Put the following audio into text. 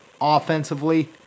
offensively